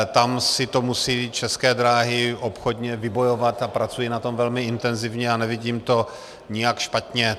Tam si to musí České dráhy obchodně vybojovat a pracují na tom velmi intenzivně a nevidím to nijak špatně.